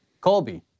Colby